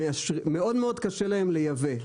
מאוד מאוד קשה להם לייבא,